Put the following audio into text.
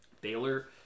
Baylor